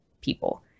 people